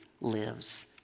lives